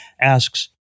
Asks